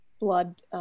blood